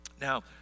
Now